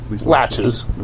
Latches